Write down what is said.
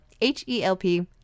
H-E-L-P